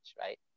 right